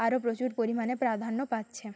আরও প্রচুর পরিমাণে প্রাধান্য পাচ্ছে